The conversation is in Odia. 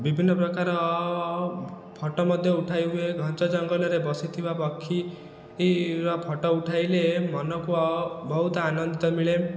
ବିଭିନ୍ନ ପ୍ରକାର ଫଟୋ ମଧ୍ୟ ଉଠାଇ ହୁଏ ଘଞ୍ଚ ଜଙ୍ଗଲରେ ବସିଥିବା ପକ୍ଷୀ ର ଫଟୋ ଉଠାଇଲେ ମନକୁ ବହୁତ ଆନନ୍ଦିତ ମିଳେ